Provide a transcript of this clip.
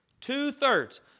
Two-thirds